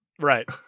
Right